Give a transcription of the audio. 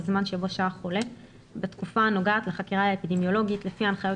זמן שבו שהה החולה בתקופה הנוגעת לחקירה האפידמיולוגית לפי ההנחיות